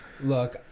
Look